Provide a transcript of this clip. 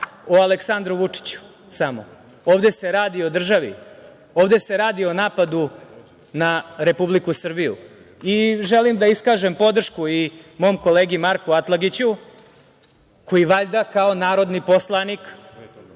o Aleksandru Vučiću samo, ovde se radi o državi. Ovde se radi o napadu na Republiku Srbiju. Želim da iskažem podršku i mom kolegu Marku Atlagiću koji valjda kao narodni poslanik,